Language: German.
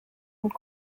und